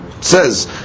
says